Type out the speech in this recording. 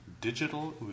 Digital